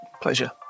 pleasure